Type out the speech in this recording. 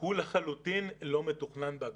הוא לחלוטין לא מתוכנן בהגדרה.